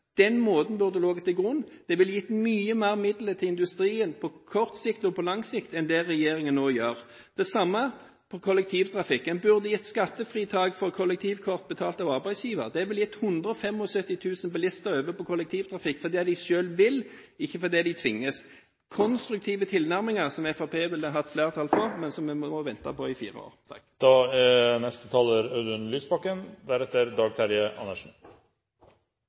Den måten burde ha ligget til grunn. Det ville gitt mye mer midler til industrien – både på kort og på lang sikt – enn det regjeringen nå gjør. Det samme innen kollektivtrafikken: En burde gitt skattefritak for kollektivkort betalt av arbeidsgiver. Det ville ført 175 000 bilister over på kollektivtrafikk – fordi de selv vil og ikke fordi de tvinges. Dette er konstruktive tilnærminger som Fremskrittspartiet ville hatt flertall for, men som vi nå må vente på i fire år.